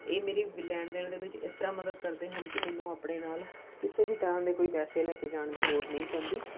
ਇਹ ਮੇਰੀ ਲੈਣ ਦੇਣ ਦੇ ਵਿੱਚ ਇਸ ਤਰ੍ਹਾਂ ਮਦਦ ਕਰਦੇ ਹਨ ਕਿ ਮੈਨੂੰ ਆਪਣੇ ਨਾਲ ਕਿਸੇ ਵੀ ਤਰ੍ਹਾਂ ਦੇ ਕੋਈ ਪੈਸੇ ਲੈ ਕੇ ਜਾਣ ਦੀ ਲੋੜ ਨਹੀਂ ਪੈਂਦੀ